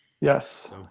Yes